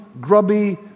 grubby